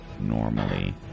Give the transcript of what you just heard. normally